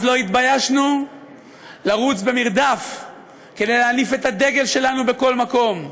אז לא התביישנו לרוץ במרדף כדי להניף את הדגל שלנו בכל מקום.